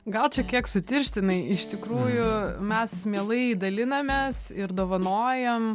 gal čia kiek sutirštinai iš tikrųjų mes mielai dalinamės ir dovanojam